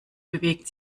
bewegt